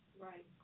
Right